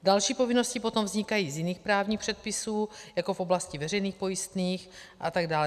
Další povinnosti potom vznikají z jiných právních předpisů, jako v oblasti veřejných pojistných a tak dále.